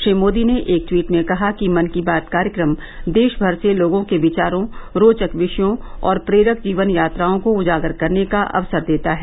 श्री मोदी ने एक ट्वीट में कहा कि मन की बात कार्यक्रम देशभर से लोगों के विचारों रोचक विषयों और प्रेरक जीवन यात्राओं को उजागर करने का अवसर देता है